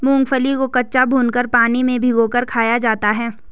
मूंगफली को कच्चा, भूनकर, पानी में भिगोकर खाया जाता है